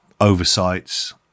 oversights